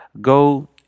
Go